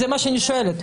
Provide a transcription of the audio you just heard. זה מה שאני שואלת.